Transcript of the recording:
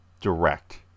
direct